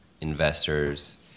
investors